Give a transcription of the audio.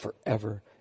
forever